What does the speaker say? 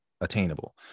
attainable